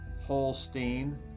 Holstein